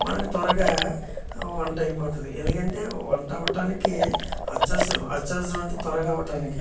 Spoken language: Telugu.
మనకు త్వరగా వంట అయిపోతుంది ఎందుకంటే వంట అవ్వడానికి అత్యవసరం అత్యవసరం అంటే త్వరగా అవ్వడానికి